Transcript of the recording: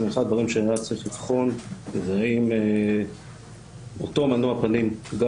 אחד הדברים שהיה צריך לבחון זה האם אותו מנוע פנים גם